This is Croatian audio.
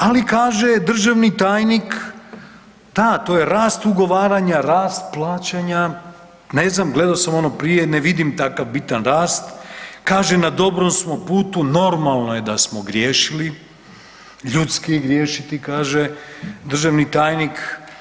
Ali kaže državni tajnik, da to je rast ugovaranja, rast plaćanja, ne znam gledao sam ono prije ne vidim takav bitan rast, kaže na dobrom smo putu, normalno je da smo griješili, ljudski je griješiti, kaže državni tajnik.